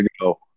ago